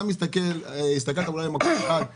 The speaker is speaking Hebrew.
אתה הסתכלת אולי במקום אחד,